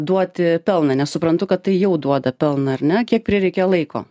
duoti pelną nes suprantu kad tai jau duoda pelną ar ne kiek prireikė laiko